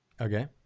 okay